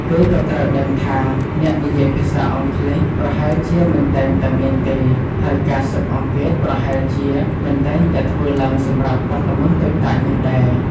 គេក៏ត្រូវដឹងថាអ្នកនិយាយភាសាអង់គ្លេសប្រហែលជាមិនតែងតែមានទេ ហើយការស៊ើបអង្កេតប្រហែលជាមិនតែងតែធ្វើឡើងសម្រាប់បទល្មើសតូចតាចនោះដែរ។